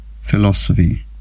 philosophy